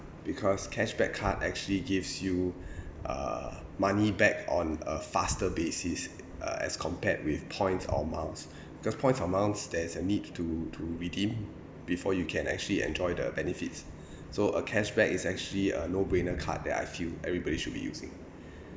because cashback card actually gives you uh money back on a faster basis uh as compared with points or miles because points or miles there is a need to to redeem before you can actually enjoy the benefits so a cashback is actually a no brainer card that I feel everybody should be using